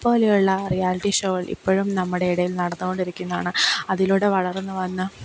പോലെയുള്ള റിയാലിറ്റി ഷോകൾ ഇപ്പോഴും നമ്മുടെ ഇടയിൽ നടന്നുകൊണ്ടിരിക്കുന്നതാണ് അതിലൂടെ വളർന്ന് വന്ന